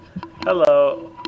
Hello